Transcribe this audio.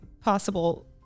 possible